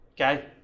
Okay